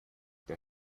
der